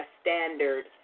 standard